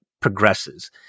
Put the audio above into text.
progresses